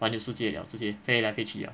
环游世界 liao 直接飞来飞去 liao